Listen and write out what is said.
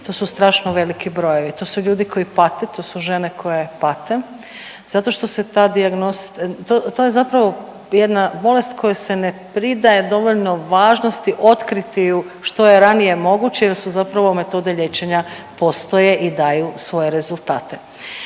To su strašno veliki brojevi. To su ljudi koji pate. To su žene koje pate zato što se ta, to je zapravo jedna bolest kojoj se ne pridaje dovoljno važnosti otkriti ju što je ranije moguće jer su zapravo metode liječenja postoje i daju svoje rezultate.